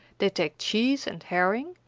they take cheese and herring,